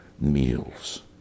meals